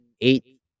eight